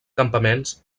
campaments